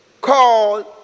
called